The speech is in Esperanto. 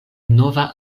nova